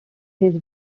his